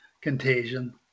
contagion